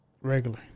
Regular